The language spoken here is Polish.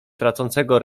tracącego